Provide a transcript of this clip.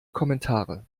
kommentare